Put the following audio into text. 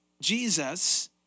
Jesus